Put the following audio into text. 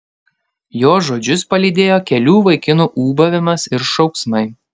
jo žodžius palydėjo kelių vaikinų ūbavimas ir šauksmai